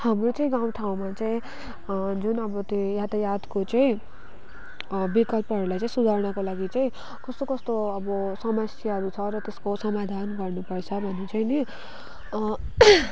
हाम्रो चाहिँ गाउँठाउँमा चाहिँ जुन अब त्यो यातायातको चाहिँ विकल्पहरूलाई चाहिँ सुधार्नको लागि चाहिँ कस्तो तस्तो अब समस्याहरू छ र त्यसको समाधान गर्नुपर्छ भने चाहिँ नि